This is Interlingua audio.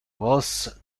vos